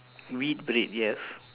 wheat bread yes